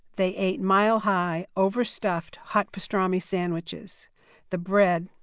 they ate mile high, overstuffed, hot pastrami sandwiches the bread,